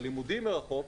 הלימודים מרחוק,